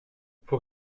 faut